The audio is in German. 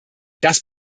das